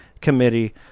committee